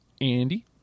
Andy